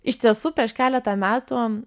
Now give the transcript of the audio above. iš tiesų prieš keletą metų